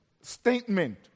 statement